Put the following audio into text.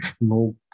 no